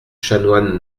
chanoine